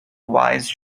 wise